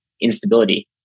instability